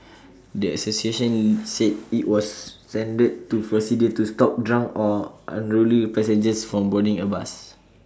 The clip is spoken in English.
the associations said IT was standard procedure to stop drunk or unruly passengers from boarding A bus